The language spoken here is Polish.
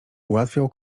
ułatwiał